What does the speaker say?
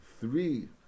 three